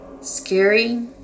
Scary